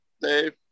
Dave